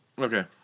Okay